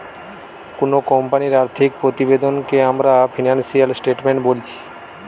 কুনো কোম্পানির আর্থিক প্রতিবেদনকে আমরা ফিনান্সিয়াল স্টেটমেন্ট বোলছি